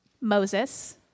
Moses